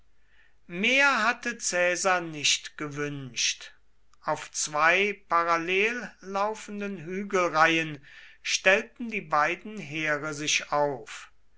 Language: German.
mehr hatte caesar nicht gewünscht auf zwei parallel laufenden hügelreihen stellten die beiden heere sich auf